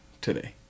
today